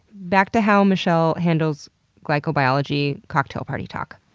back to how michelle handles glycobiology cocktail party talk.